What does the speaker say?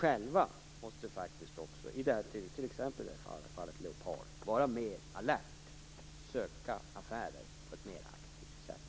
Men dessa företag måste också själva - t.ex. i fallet Leopard - mera alert söka affärer på ett mer aktivt sätt.